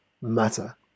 matter